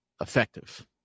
effective